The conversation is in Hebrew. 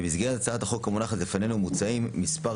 במסגרת הצעת החוק המונחת בפנינו מוצעים מספר